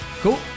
Cool